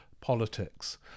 politics